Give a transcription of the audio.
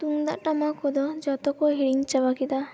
ᱛᱩᱢᱫᱟᱜ ᱴᱟᱢᱟᱠ ᱠᱚᱫᱚ ᱡᱚᱛᱚ ᱠᱚ ᱦᱤᱲᱤᱧ ᱪᱟᱵᱟ ᱠᱮᱫᱟ